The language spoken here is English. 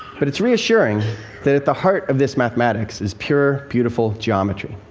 but it's reassuring that at the heart of this mathematics is pure, beautiful geometry.